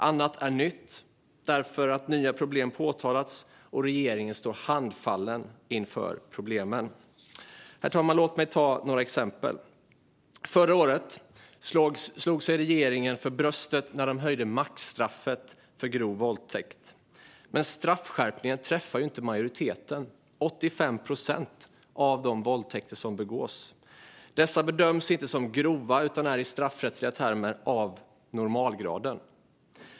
Annat är nytt, därför att nya problem påtalats och regeringen står handfallen inför de problemen. Herr talman! Låt mig ta några exempel. Förra året slog sig regeringen för bröstet när den höjde maxstraffet för grov våldtäkt. Men straffskärpningen träffar ju inte majoriteten, 85 procent, av de våldtäkter som begås. Dessa bedöms inte som grova utan är i straffrättsliga termer av normalgraden.